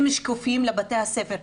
הם שקופים לבתי הספר,